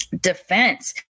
defense